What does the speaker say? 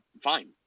fine